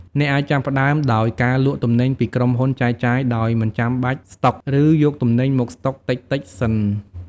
អ្នកអាចចាប់ផ្តើមដោយការលក់ទំនិញពីក្រុមហ៊ុនចែកចាយដោយមិនចាំបាច់ស្តុក ឬយកទំនិញមកស្តុកតិចៗសិន។